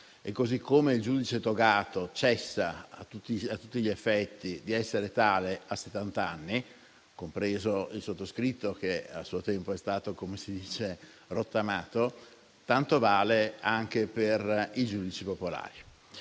Così come il giudice togato cessa a tutti gli effetti di essere tale a settant'anni, compreso il sottoscritto, che a suo tempo è stato "rottamato" (come si dice), tanto vale anche per i giudici popolari.